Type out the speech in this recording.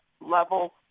level